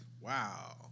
Wow